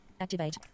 activate